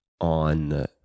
on